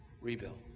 rebuild